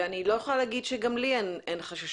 ואני לא יכולה להגיד שגם לי אין חששות.